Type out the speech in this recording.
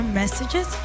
messages